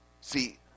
See